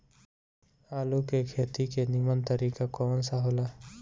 आलू के खेती के नीमन तरीका कवन सा हो ला?